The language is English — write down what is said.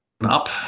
up